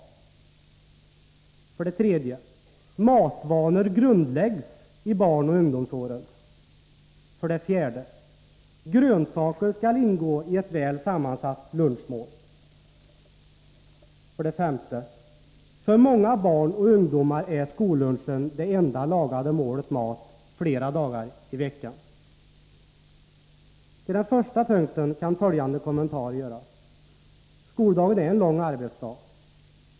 För det tredje: Matvanor grundläggs i barnoch ungdomsåren. För det fjärde: Grönsaker skall ingå i ett väl sammansatt lunchmål. För det femte: För många barn och ungdomar är skollunchen det enda lagade målet mat flera dagar i veckan. Till den första punkten kan följande kommentarer göras. Skoldagen är en lång arbetsdag.